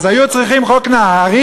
אז היו צריכים חוק נהרי,